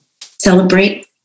celebrate